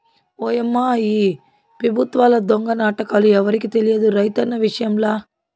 ఓయమ్మా ఈ పెబుత్వాల దొంగ నాటకాలు ఎవరికి తెలియదు రైతన్న విషయంల